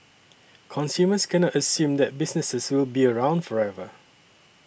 consumers cannot assume that businesses will be around forever